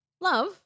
Love